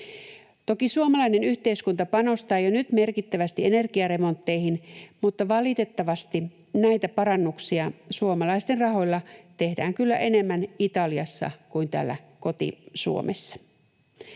Toki suomalainen yhteiskunta panostaa jo nyt merkittävästi energiaremontteihin, mutta valitettavasti näitä parannuksia, suomalaisten rahoilla, tehdään kyllä enemmän Italiassa kuin täällä koti-Suomessa.